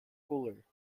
cooler